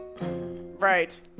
Right